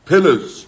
Pillars